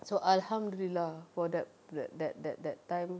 so alhamdulillah for that that that that that time